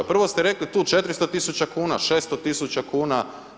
Prvo ste rekli tu 400 tisuća kuna, 600 tisuća kuna.